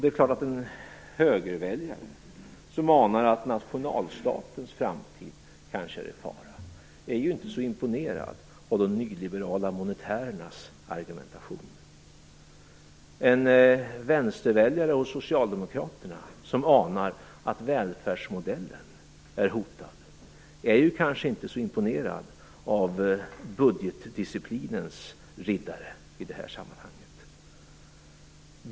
Det är klart: En högerväljare som anar att nationalstatens framtid kanske är i fara är inte så imponerad av de nyliberala monetärernas argumentation. En vänsterväljare och en socialdemokrat som anar att välfärdsmodellen är hotad är kanske inte så imponerad av budgetdisciplinens riddare i det här sammanhanget.